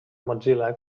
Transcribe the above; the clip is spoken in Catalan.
mozilla